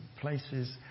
places